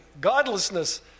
godlessness